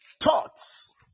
thoughts